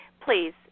please